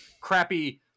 crappy